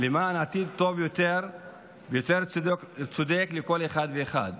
למען עתיד טוב יותר וצודק יותר לכל אחד ואחד.